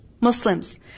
Muslims